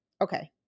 okay